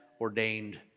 ordained